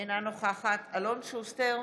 אינה נוכחת אלון שוסטר,